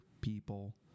people